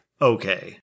Okay